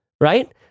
right